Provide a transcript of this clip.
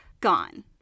gone